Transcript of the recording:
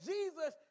Jesus